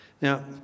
Now